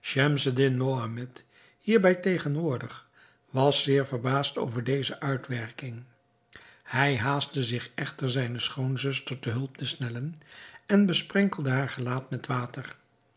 schemseddin mohammed hierbij tegenwoordig was zeer verbaasd over deze uitwerking hij haastte zich echter zijne schoonzuster ter hulp te snellen en besprenkelde haar gelaat met water